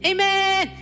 Amen